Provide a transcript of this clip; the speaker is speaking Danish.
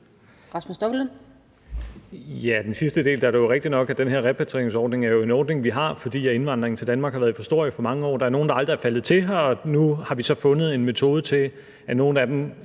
Hvad angår den sidste del, er det jo rigtigt nok, at den her repatrieringsordning er en ordning, vi har, fordi indvandringen til Danmark har været for stor i for mange år. Der er nogle, der aldrig er faldet til her, og nu har vi så fundet en metode til, at nogle af dem